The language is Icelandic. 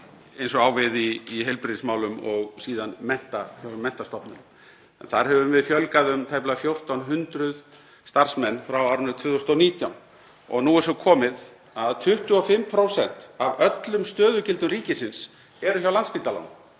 eins og á við í heilbrigðismálum og síðan hjá menntastofnunum en þar höfum við fjölgað um tæplega 1.400 starfsmenn frá árinu 2019. Nú er svo komið að 25% af öllum stöðugildum ríkisins eru hjá Landspítalanum,